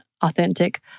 authentic